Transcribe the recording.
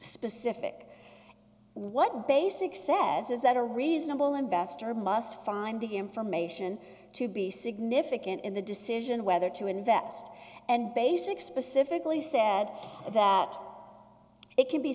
specific what basic says is that a reasonable investor must find the information to be significant in the decision whether to invest and basic specifically said that it can be